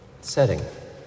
Setting